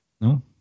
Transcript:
No